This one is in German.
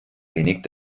wenig